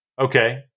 Okay